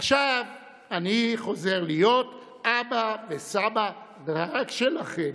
עכשיו אני חוזר להיות אבא וסבא, רק שלכם,